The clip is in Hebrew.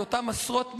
את אותם עשרות מיליונים,